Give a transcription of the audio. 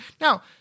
Now